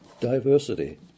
diversity